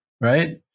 Right